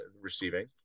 receiving